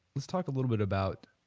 let's talk a little bit about,